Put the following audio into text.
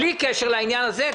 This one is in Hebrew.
בלי קשר לעניין הזה,